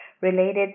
related